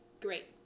great